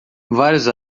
vários